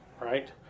right